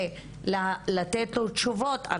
ולתת לו תשובות,